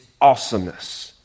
awesomeness